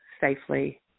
safely